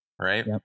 right